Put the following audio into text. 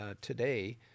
today